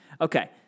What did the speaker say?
Okay